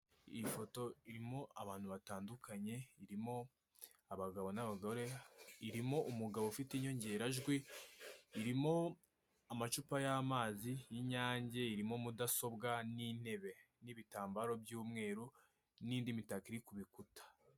Iyi foto irimo abantu batandukanye, irimo abagabo n'abagore, irimo umugabo ufite inyongerajwi, irimo amacupa y'amazi y'inyange, irimo mudasobwa n'intebe, n'ibitambaro by'umweru, n'indi mitako iri ku bikuta.